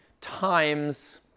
Times